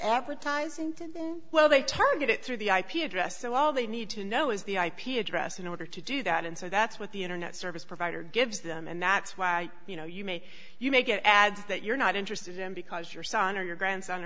advertising to well they target it through the ip address so all they need to know is the ip address in order to do that and so that's what the internet service provider gives them and that's why you know you may you may get ads that you're not interested in because your son or your grandson